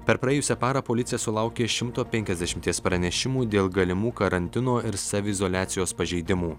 per praėjusią parą policija sulaukė šimto penkiasdešimties pranešimų dėl galimų karantino ir saviizoliacijos pažeidimų